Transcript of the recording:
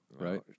right